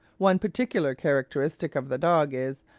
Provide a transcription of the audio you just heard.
one particular characteristic of the dog is,